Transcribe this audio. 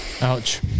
Ouch